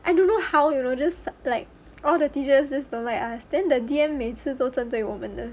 I don't know how you know just like all the teachers just don't like us then the D_M 每次都针对我们的